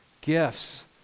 gifts